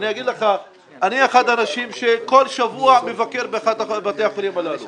אני אחד האנשים שכל שבוע מבקר באחד מבתי החולים הללו